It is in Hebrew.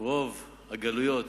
שרוב הגלויות